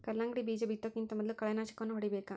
ಕಲ್ಲಂಗಡಿ ಬೇಜಾ ಬಿತ್ತುಕಿಂತ ಮೊದಲು ಕಳೆನಾಶಕವನ್ನಾ ಹೊಡಿಬೇಕ